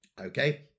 Okay